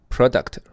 Product